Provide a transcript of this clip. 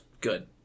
good